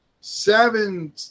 seven